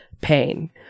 pain